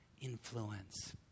influence